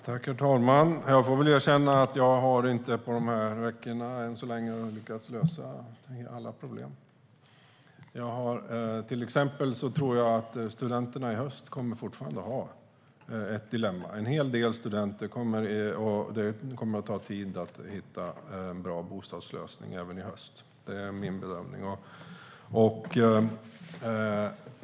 Herr talman! Jag får väl erkänna att jag inte har lyckats lösa alla problem på de här veckorna. Till exempel tror jag att det fortfarande kommer att vara ett dilemma för studenterna i höst. För en hel del studenter kommer det att ta tid att hitta en bra bostadslösning även i höst. Det är min bedömning.